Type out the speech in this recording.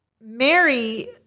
Mary